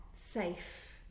safe